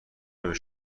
نمی